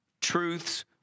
truth's